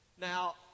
Now